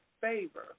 favor